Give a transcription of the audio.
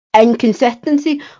inconsistency